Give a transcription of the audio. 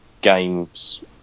games